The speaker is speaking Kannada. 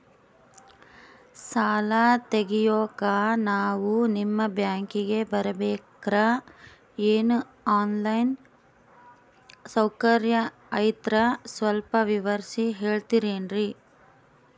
ಸಾಲ ತೆಗಿಯೋಕಾ ನಾವು ನಿಮ್ಮ ಬ್ಯಾಂಕಿಗೆ ಬರಬೇಕ್ರ ಏನು ಆನ್ ಲೈನ್ ಸೌಕರ್ಯ ಐತ್ರ ಸ್ವಲ್ಪ ವಿವರಿಸಿ ಹೇಳ್ತಿರೆನ್ರಿ?